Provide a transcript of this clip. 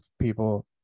people